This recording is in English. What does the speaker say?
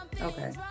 Okay